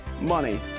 money